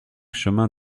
chemin